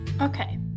okay